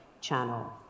channel